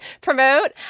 promote